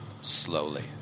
Slowly